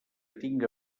tinga